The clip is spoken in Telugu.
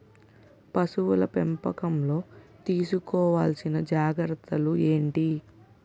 పశువుల పెంపకంలో తీసుకోవల్సిన జాగ్రత్త లు ఏంటి?